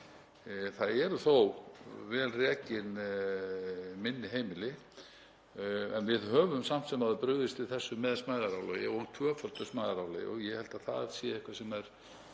Það eru þó vel rekin minni heimili. En við höfum samt sem áður brugðist við þessu með smæðarálagi og tvöföldum smæðarálagið. Ég held að það sé eitthvað sem